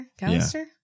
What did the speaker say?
callister